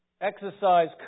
Exercise